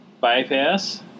Bypass